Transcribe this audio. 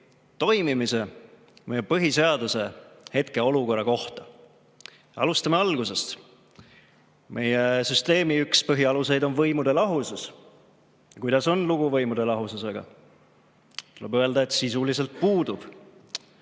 toimimise ja meie põhiseaduse hetkeolukorra kohta. Alustame algusest. Meie süsteemi üks põhialuseid on võimude lahusus. Kuidas on lugu võimude lahususega? Tuleb öelda, et sisuliselt puudub.